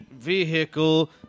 vehicle